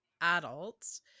adults